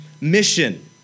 mission